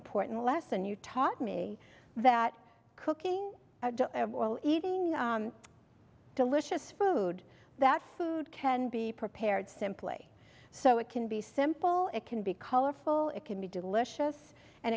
important lesson you taught me that cooking oil eating delicious food that food can be prepared simply so it can be simple it can be colorful it can be delicious and